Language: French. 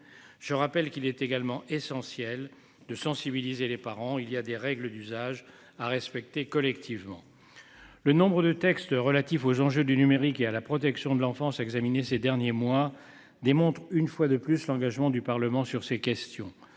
Je rappelle qu'il est également essentiel de sensibiliser les parents il y a des règles d'usages à respecter collectivement. Le nombre de textes relatifs aux enjeux du numérique et à la protection de l'enfance examiner ces derniers mois démontre une fois de plus l'engagement du Parlement sur ces questions.